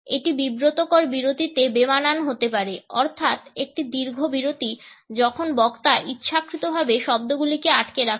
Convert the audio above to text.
এটি বিব্রতকর বিরতিতে বেমানান হতে পারে অর্থাৎ একটি দীর্ঘ বিরতি যখন বক্তা ইচ্ছাকৃতভাবে শব্দগুলিকে আটকে রাখে